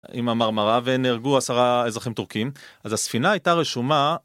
עם המרמרה, ונהרגו עשרה אזרחים טורקים, אז הספינה הייתה רשומה